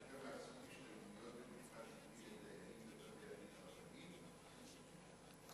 עושים השתלמויות במשפט עברי לדיינים בבית-הדין הרבני?